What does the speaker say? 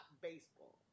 baseball